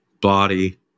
body